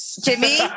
Jimmy